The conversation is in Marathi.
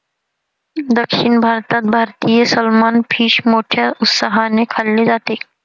दक्षिण भारतात भारतीय सलमान फिश मोठ्या उत्साहाने खाल्ले जाते